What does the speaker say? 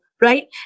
right